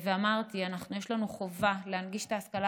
אמרתי: יש לנו חובה להנגיש את ההשכלה